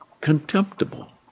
contemptible